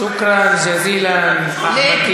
בוש לך.) שוכרן ג'זילן, אחמד טיבי.